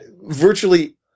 virtually